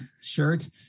shirt